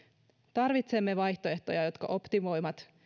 tarvitsemme vaihtoehtoja jotka optimoivat